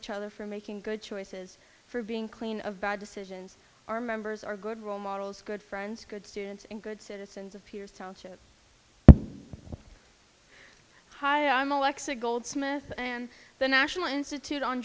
each other for making good choices for being clean of bad decisions our members are good role models good friends good students and good citizens of peers township hi i'm alexa goldsmith and the national institute on